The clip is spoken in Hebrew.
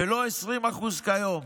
ולא 20% כמו היום.